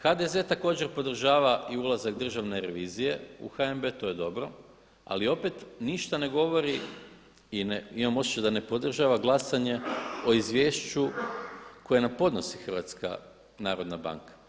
HDZ također podržava i ulazak državne revizije u HNB, to je dobro ali opet ništa ne govori i imam osjećaj da ne podržava glasanje o izvješću koje nam podnosi HNB.